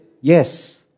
yes